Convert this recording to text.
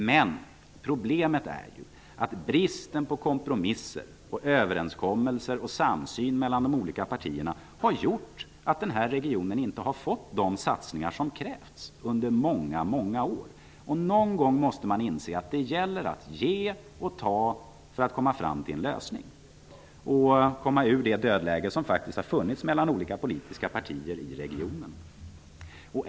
Men problemet är ju att bristen på kompromisser, överenskommelser och samsyn mellan de olika partierna har gjort att Stockholmsregionen inte har fått de satsningar som krävts under många, många år. Någon gång måste man inse att det gäller att ge och ta för att komma fram till en lösning. Det gäller att komma ur det dödläge som faktiskt funnits mellan olika politiska partier i regionen.